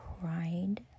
cried